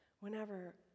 Whenever